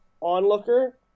onlooker